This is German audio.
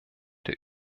der